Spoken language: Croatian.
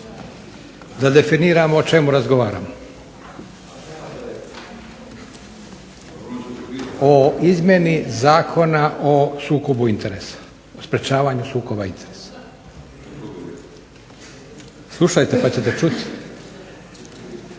Da definiramo o čemu razgovaramo, o izmjeni Zakona o sprečavanju sukoba interesa. Slušajte pa ćete čuti.